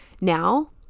now